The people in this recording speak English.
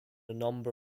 number